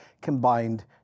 combined